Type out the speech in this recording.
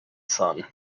sun